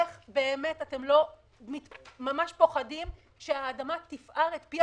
איך באמת אתם לא ממש פוחדים שהאדמה תיפער את פיה